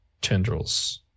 tendrils